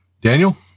Daniel